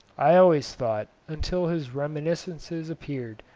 i always thought, until his reminiscences appeared,